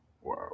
Wow